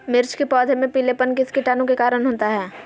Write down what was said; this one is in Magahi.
मिर्च के पौधे में पिलेपन किस कीटाणु के कारण होता है?